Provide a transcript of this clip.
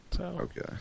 Okay